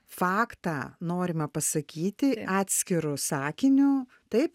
faktą norimą pasakyti atskiru sakiniu taip